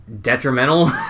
detrimental